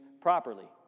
properly